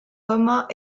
romains